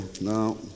No